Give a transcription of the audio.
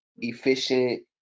efficient